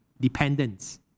dependence